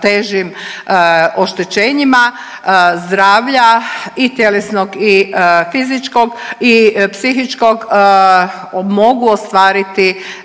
težim oštećenjima zdravlja i tjelesnog i fizičkog i psihičkog, mogu ostvariti